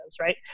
Right